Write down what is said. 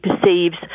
perceives